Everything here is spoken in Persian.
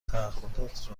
تعهدات